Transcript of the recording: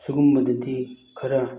ꯁꯨꯒꯨꯝꯕꯗꯗꯤ ꯈꯔ